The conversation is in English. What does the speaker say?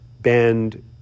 bend